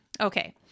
Okay